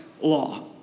law